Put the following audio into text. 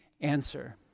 answer